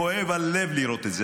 כואב הלב לראות את זה.